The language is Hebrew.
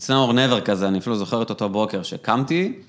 איץ נאו אור נבר כזה, אני אפילו זוכר את אותו בוקר, שקמתי.